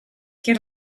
get